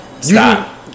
stop